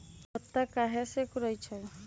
पत्ता काहे सिकुड़े छई?